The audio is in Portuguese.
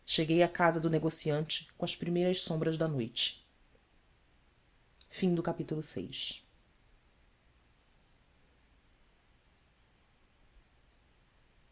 cheguei à casa do negociante com as primeiras sombras da noite a